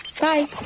Bye